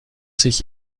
sich